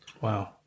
Wow